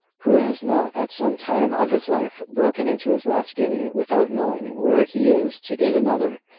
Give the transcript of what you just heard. who has not, at some time of his life, broken into his last guinea without knowing where he is to get another.